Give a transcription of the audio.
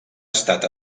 estat